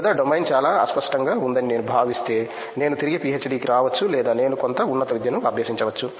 లేదా డొమైన్ చాలా అస్పష్టంగా ఉందని నేను భావిస్తే నేను తిరిగి పీహెచ్డీకి రావచ్చు లేదా నేను కొంత ఉన్నత విద్యను అభ్యసించవచ్చు